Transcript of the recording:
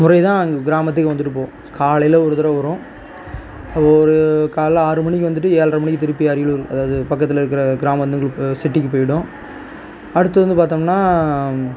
முறை தான் எங்கள் கிராமத்துக்கு வந்துவிட்டு போவும் காலையில ஒரு தடவை வரும் ஒரு காலைல ஆறு மணிக்கு வந்துவிட்டு ஏழ்ரை மணிக்கு திருப்பி அரியலூர் அதாவது பக்கத்தில் இருக்கிற கிராமம் வந்து சிட்டிக்கு போயிவிடும் அடுத்து வந்து பார்த்தோம்னா